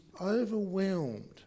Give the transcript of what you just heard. overwhelmed